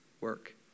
work